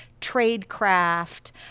tradecraft